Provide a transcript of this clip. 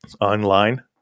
online